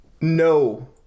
no